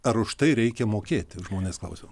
ar už tai reikia mokėti žmonės klausia